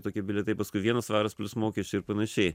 tokie bilietai paskui vienas svaras plius mokesčiai ir panašiai